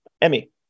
Emmy